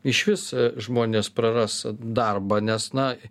išvis žmonės praras darbą nes na